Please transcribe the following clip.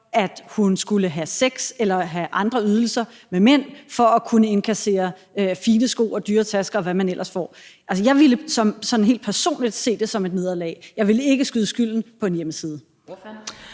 at hun skulle have sex med eller tilbyde andre ydelser til mænd for at kunne indkassere fine sko og dyre tasker, og hvad man ellers får. Altså, jeg ville sådan helt personligt se det som et nederlag. Jeg ville ikke skyde skylden på en hjemmeside.